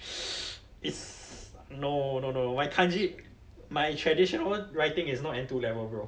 is no no no no my kanji my traditional word writing is not N two level bro